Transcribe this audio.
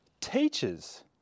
teachers